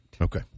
Okay